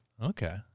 Okay